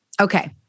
okay